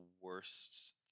worst